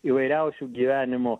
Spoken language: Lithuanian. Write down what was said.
įvairiausių gyvenimo